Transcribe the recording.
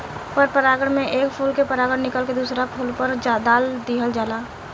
पर परागण में एक फूल के परागण निकल के दुसरका फूल पर दाल दीहल जाला